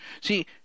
See